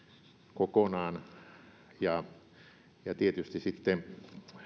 kokonaan ja ja tietysti sitten